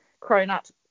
cronut